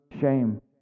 shame